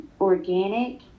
organic